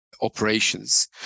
operations